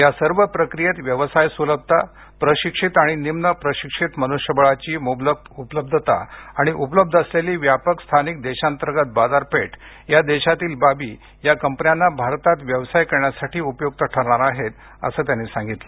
या सर्व प्रक्रियेत व्यवसाय सुलभता प्रशिक्षित आणि निम्न प्रशिक्षित मनुष्यबळाची मुबलक उपलब्धता आणि उपलब्ध असलेली व्यापक स्थानिक देशांतर्गत बाजारपेठ या देशातील बाबी या कंपन्यांना भारतात व्यवसाय करण्यासाठी उपयुक्त ठरणार आहेत असंही प्रसाद यांनी सांगितलं